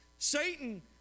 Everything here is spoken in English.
Satan